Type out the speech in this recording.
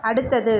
அடுத்தது